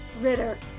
Ritter